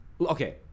okay